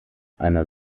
einer